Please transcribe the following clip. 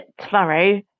tomorrow